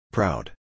Proud